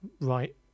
right